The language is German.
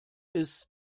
ist